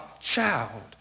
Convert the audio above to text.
child